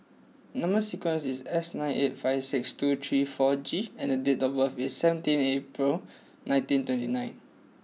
number sequence is S nine eight five six two three four G and the date of birth is seventeen April nineteen twenty nine